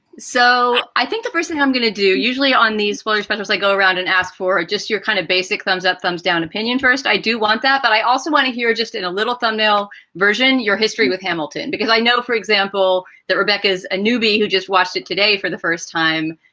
so i think the first thing i'm gonna do usually on these whorish measures, i go around and ask for just your kind of basic thumbs up, thumbs down opinion first. i do want that. but i also want to hear just a little thumbnail version, your history with hamilton, because i know, for example, that rebecca is a newbie who just watched it today for the first time.